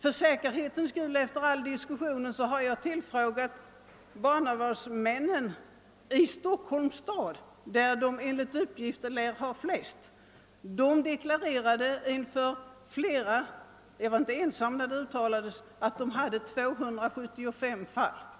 För säkerhets skull har jag, efter all diskussion, tillfrågat barnavårdsmännen i Stock holms stad, där antalet uppdrag per barnavårdsman enligt uppgift är störst. Barnavårdsmännen deklarerade inför oss — jag var inte ensam vid tillfället utan vi var flera — att de hade 275 fall vardera.